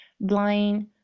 blind